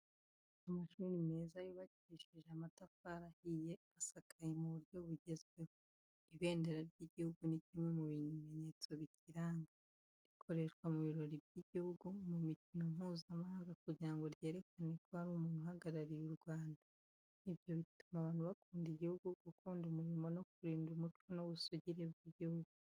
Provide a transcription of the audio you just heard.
Amashuri meza yubakishije amatafari ahiye asakaye mu buryo bugezweho. Ibendera ry'igihugu ni kimwe mu bimenyetso bikiranga. Rikoreshwa mu birori by’igihugu, mu mikino Mpuzamahanga kugira ngo ryerekane ko hari umuntu uhagarariye u Rwanda. Ibyo bituma abantu bakunda igihugu, gukunda umurimo no kurinda umuco n’ubusugire bw’igihugu.